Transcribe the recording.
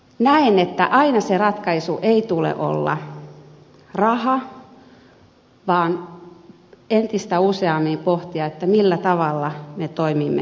näen että aina ratkaisun ei tule olla raha vaan entistä useammin pitää pohtia millä tavalla me toimimme toisin